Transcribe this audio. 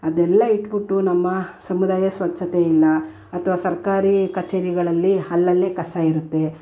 ಅದೆಲ್ಲಾ ಇಟ್ಟುಬಿಟ್ಟು ನಮ್ಮ ಸಮುದಾಯ ಸ್ವಚ್ಛತೆ ಇಲ್ಲ ಅಥ್ವಾ ಸರ್ಕಾರಿ ಕಚೇರಿಗಳಲ್ಲಿ ಅಲ್ಲಲ್ಲಿಯೇ ಕಸ ಇರುತ್ತೆ